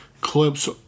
clips